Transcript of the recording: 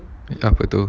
apa tu